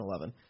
2011